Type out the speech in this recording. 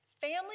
Family